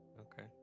Okay